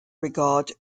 regard